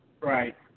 Right